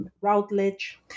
Routledge